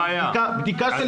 אלא בדיקה של